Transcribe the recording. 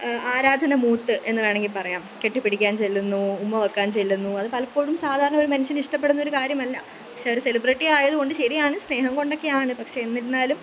ആരാധന മൂത്ത് എന്നുവേണമെങ്കിൽപ്പറയാം കെട്ടിപ്പിടിക്കാൻ ചെല്ലുന്നു ഉമ്മ വെക്കാൻ ചെല്ലുന്നു അത് പലപ്പോഴും സാധാരണ ഒരു മനുഷ്യന് ഇഷ്ടപ്പെടുന്നൊരു കാര്യമല്ല പക്ഷെ ഒരു സെലിബ്രിറ്റി ആയതുകൊണ്ട് ശരിയാണ് സ്നേഹം കൊണ്ടൊക്കെയാണ് പക്ഷേ എന്നിരുന്നാലും